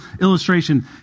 illustration